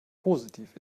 positiv